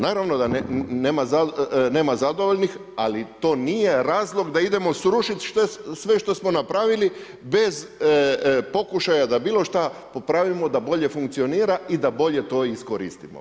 Naravno da nema zadovoljnih, ali to nije razlog da idemo srušiti sve što smo napravili bez pokušaja da bilo šta popravimo da bolje funkcionira i da bolje to iskoristimo.